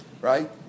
Right